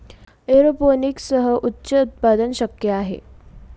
एरोपोनिक्ससह उच्च उत्पादन शक्य आहे